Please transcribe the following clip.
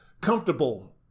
comfortable